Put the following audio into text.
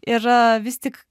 yra vis tik